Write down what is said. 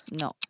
No